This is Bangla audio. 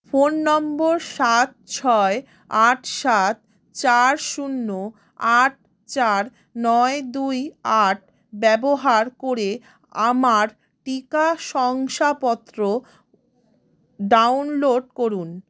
ফোন নম্বর সাত ছয় আট সাত চার শূন্য আট চার নয় দুই আট ব্যবহার করে আমার টিকা শংসাপত্র ডাউনলোড করুন